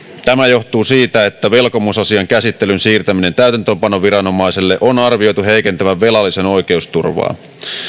tämä johtuu siitä että velkomusasian käsittelyn siirtämisen täytäntöönpanoviranomaiselle on arvioitu heikentävän velallisen oikeusturvaa